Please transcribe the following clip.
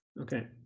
Okay